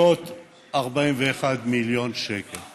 4.341 מיליארד שקל.